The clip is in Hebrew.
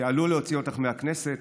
שעלול להוציא אותך מהכנסת,